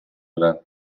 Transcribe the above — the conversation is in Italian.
gran